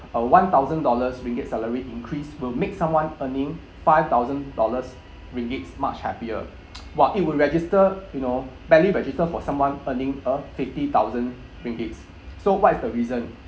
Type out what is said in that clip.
a one thousand dollars ringgit salary increase will make someone earning five thousand dollars ringgit much happier while it would register you know barely register for someone earning a fifty thousand ringgit so what is the reason